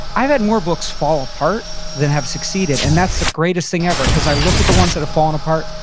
i've had more books fall apart than have succeeded, and that's the greatest thing ever. cause i look at the ones that have fallen apart,